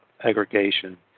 aggregation